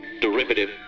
derivative